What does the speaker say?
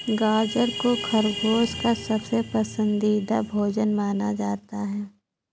गाजर को खरगोश का सबसे पसन्दीदा भोजन माना जाता है